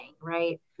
right